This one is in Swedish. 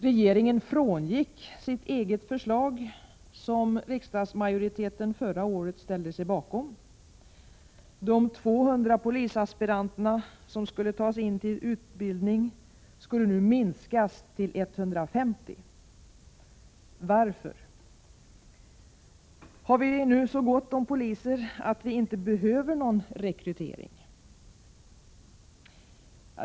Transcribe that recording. Regeringen frångick sitt eget förslag, som riksdagsmajoriteten förra året ställde sig bakom. Antalet polisaspiranter som skulle tas in till utbildning skulle minskas från 200 till 150. Varför? Har vi nu så gott om poliser att vi inte behöver någon rekrytering?